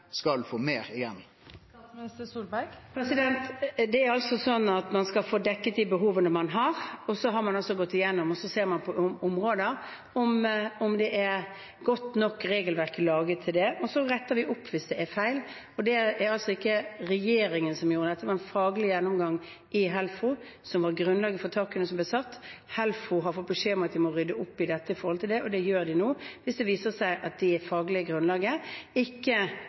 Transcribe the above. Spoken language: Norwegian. skal få meir igjen? Man skal få dekket de behovene man har. Man har gått igjennom og sett på om det er laget et godt nok regelverk. Og så retter vi opp hvis det er feil. Det var ikke regjeringen som gjorde dette, det var en faglig gjennomgang i Helfo som var grunnlaget for takene som ble satt. Helfo har fått beskjed om at de må rydde opp i dette, og det gjør de nå hvis det viser seg at det faglige grunnlaget ikke